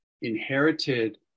inherited